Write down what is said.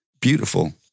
beautiful